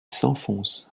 s’enfonce